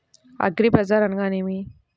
అగ్రిబజార్ అనగా నేమి?